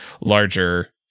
larger